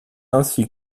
ainsi